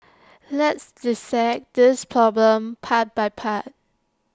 let's dissect this problem part by part